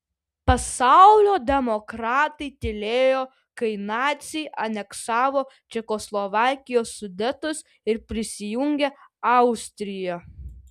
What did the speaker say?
pasaulio demokratai tylėjo kai naciai aneksavo čekoslovakijos sudetus ir prisijungė austriją